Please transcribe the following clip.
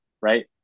right